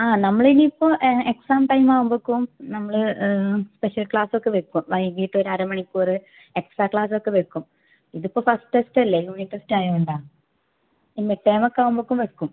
ആ നമ്മളിനിയിപ്പോൾ exam time ആകുമ്പഴേക്കും നമ്മള് സ്പെഷ്യൽ ക്ലാസ്സൊക്കെ വയ്ക്കും വൈകിട്ടൊരര മണിക്കൂറ് എക്സ്ട്രാ ക്ലാസ്സൊക്കെ വെക്കും ഇതിപ്പോൾ ഫസ്റ്റ് ടെസ്റ്റ് അല്ലേ യൂണിറ്റ് ടെസ്റ്റ് ആയതുകൊണ്ടാണ് ഇനി മിഡ് ടേമൊക്കെ ആകുമ്പഴേക്കും